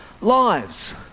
lives